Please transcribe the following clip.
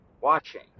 watching